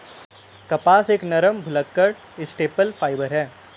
कपास एक नरम, भुलक्कड़ स्टेपल फाइबर है